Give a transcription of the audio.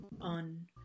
on